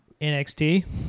NXT